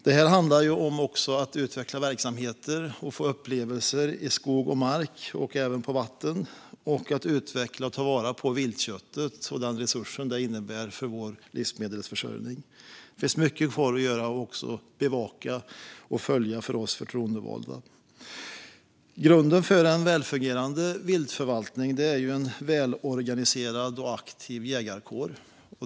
Det här handlar också om att utveckla verksamheter och få upplevelser i skog och mark och även på vatten. Det handlar även om att utveckla och ta vara på viltköttet och den resurs det innebär för vår livsmedelsförsörjning. Det finns mycket kvar att göra, att bevaka och att följa för oss förtroendevalda. Grunden för en välfungerande viltförvaltning är en välorganiserad och aktiv jägarkår.